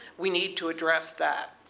we need to address that.